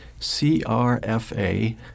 CRFA